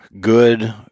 good